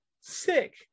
sick